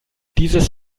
dieses